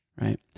right